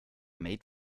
made